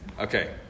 Okay